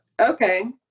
Okay